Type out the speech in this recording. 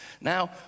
Now